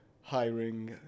hiring